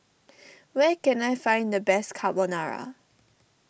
where can I find the best Carbonara